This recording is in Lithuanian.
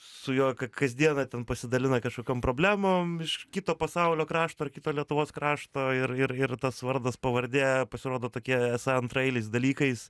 su juo kasdieną ten pasidalina kažkokiom problemom iš kito pasaulio krašto ar kito lietuvos krašto ir ir ir tas vardas pavardė pasirodo tokie esą antraeiliais dalykais